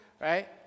right